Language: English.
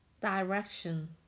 Direction